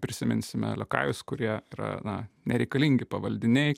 prisiminsime liokajus kurie yra na nereikalingi pavaldiniai